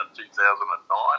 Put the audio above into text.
2009